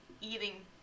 eating